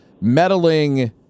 meddling